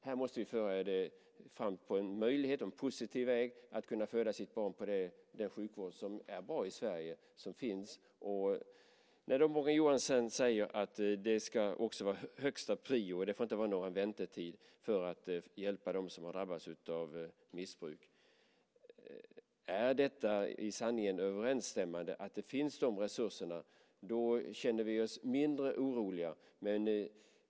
Här måste vi föra fram en möjlighet och en positiv väg att kunna föda sitt barn inom den sjukvård som finns i Sverige och som är bra. Morgan Johansson säger att detta ska ha högsta prioritet och att det inte får vara någon väntetid när det gäller att hjälpa dem som drabbats av missbruk. Är det med sanningen överensstämmande att dessa resurser finns känner vi oss mindre oroliga.